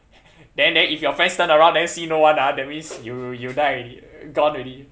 then then if your friends turn around then see no one ah that means you you die already gone already